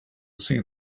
see